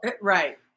Right